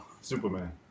Superman